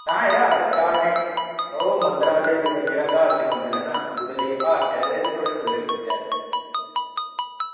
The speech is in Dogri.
आं यरा ओह् चाढ़ने मंदर ऐ जेह्ड़ा घर च ना ओह्दे ते फुल्ल चाहिदे हार ताहीं